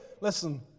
listen